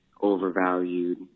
overvalued